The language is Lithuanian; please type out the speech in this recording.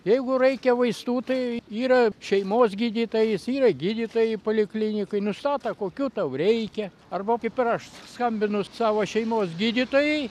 jeigu reikia vaistų tai yra šeimos gydytojas yra gydytojai poliklinikoje nustato kokių tau reikia arba kaip ir aš skambinu savo šeimos gydytojai